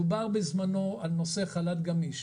דובר בזמנו על נושא חל"ת גמיש,